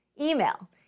Email